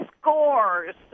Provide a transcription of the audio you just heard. scores